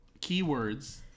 keywords